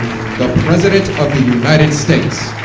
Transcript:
president of the united states,